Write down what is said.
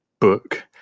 book